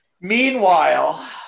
Meanwhile